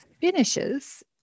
finishes